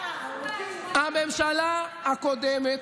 הממשלה הקודמת,